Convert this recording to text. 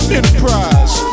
Enterprise